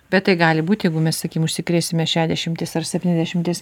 bet tai gali būti jeigu mes sakykim užsikrėsime šešiasdešimties ar septyniasdešimties